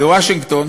בוושינגטון,